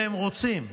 והם רוצים.